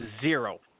Zero